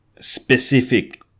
specific